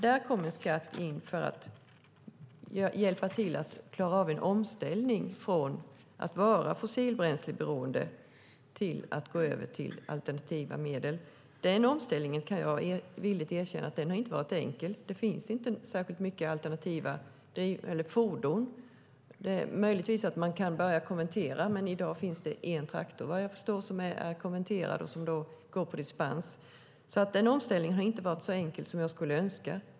Där kommer skatt in för att hjälpa till att klara av en omställning från ett fossilbränsleberoende till alternativa drivmedel. Den omställningen, kan jag villigt erkänna, har inte varit enkel. Det finns inte särskilt många alternativa fordon. Möjligtvis kan man börja konvertera, men i dag finns det bara en traktor som är konverterad, vad jag förstår, och som går på dispens. Omställningen har alltså inte varit så enkel som jag skulle önska.